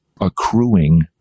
accruing